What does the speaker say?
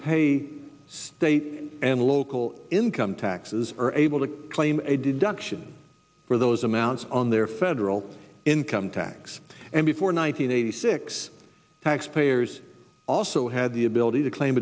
the state and local income taxes are able to claim a deduction for those amounts on their federal income tax and before nine hundred eighty six taxpayers also had the ability to claim